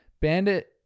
Bandit